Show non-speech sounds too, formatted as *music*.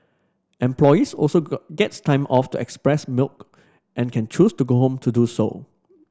employees also *unintelligible* get time off to express milk and can choose to go home to do so